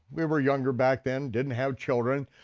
we were younger back then, didn't have children.